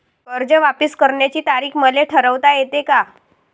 कर्ज वापिस करण्याची तारीख मले ठरवता येते का?